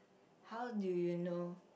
how do you know